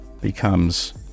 becomes